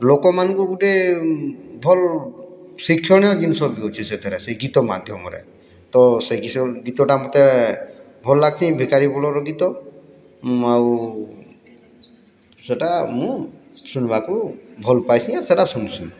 ଲୋକମାନ୍କୁ ଗୁଟେ ଭଲ୍ ଶିକ୍ଷଣୀୟ ଜିନିଷ ମିଳୁଛି ସେଥିରେ ସେ ଗୀତ ମାଧ୍ୟମରେ ତ ସେ ଗୀତଟା ମତେ ଭଲ୍ ଲାଗ୍ସି ଭିକାରୀ ବଳର ଗୀତ ଆଉ ସେଟା ମୁଁ ଶୁଣିବାକୁ ଭଲ୍ ପାଏସିଁ ସେଟା ଶୁନ୍ସିଁ